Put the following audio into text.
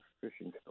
fishing